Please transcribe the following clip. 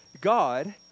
God